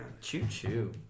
Choo-choo